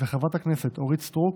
חברת הכנסת אורית סטרוק,